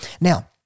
Now